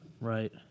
Right